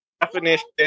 definition